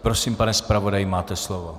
Prosím, pane zpravodaji, máte slovo.